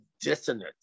dissonance